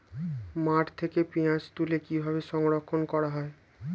মাঠ থেকে পেঁয়াজ তুলে কিভাবে সংরক্ষণ করা হয়?